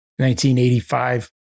1985